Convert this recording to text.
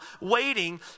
waiting